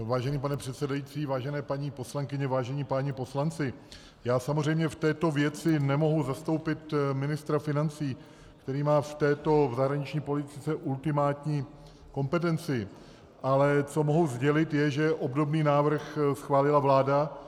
Vážený pane předsedající, vážené paní poslankyně, vážení páni poslanci, já samozřejmě v této věci nemohu zastoupit ministra financí, který má v této zahraniční politice ultimátní kompetenci, ale co mohu sdělit, je, že obdobný návrh schválila vláda.